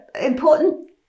important